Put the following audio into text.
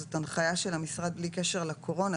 שזאת הנחיה של המשרד בלי קשר לקורונה,